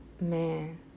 Man